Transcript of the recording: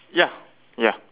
ya ya